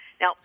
Now